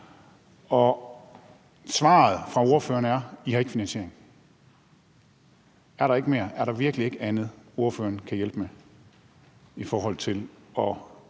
og svaret fra ordføreren er, at de ikke har finansiering. Er der ikke mere og er der virkelig ikke andet, ordføreren kan hjælpe med i forhold til i